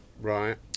Right